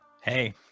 Hey